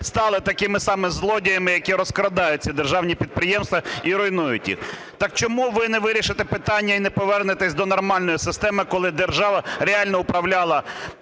стали такими саме злодіями, які розкрадають ці державні підприємства і руйнують їх. Так чому ви не вирішите питання і не повернетеся до нормальної системи, коли держава реально управляла